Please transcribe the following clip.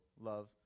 love